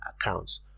accounts